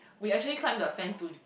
we actually climb the fence to